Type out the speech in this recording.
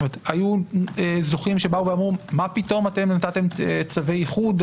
היו זוכים שבאו ואמרו: מה פתאום נתתם צווי איחוד?